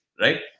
Right